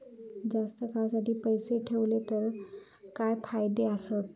जास्त काळासाठी पैसे ठेवले तर काय फायदे आसत?